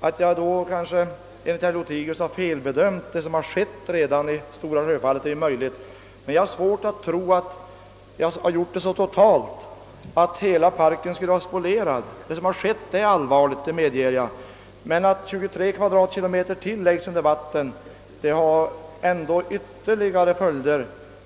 Att jag därvid kanske — enligt herr Lothigius — har felbedömt vad som har skett i Stora Sjöfallet är möjligt, men jag har svårt att tro att jag har tagit totalt miste och att hela nationalparken redan skulle vara spolierad. Det som har gjorts är allvarligt, det medger jag, men att ytterligare 23 km? läggs under vatten får dock ännu betänkligare följder.